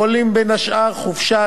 הכוללים בין השאר חופשה,